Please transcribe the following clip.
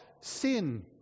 Sin